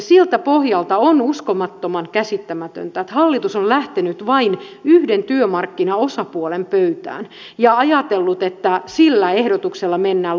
siltä pohjalta on uskomattoman käsittämätöntä että hallitus on lähtenyt vain yhden työmarkkinaosapuolen pöytään ja ajatellut että sillä ehdotuksella mennään loppuun asti